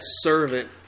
servant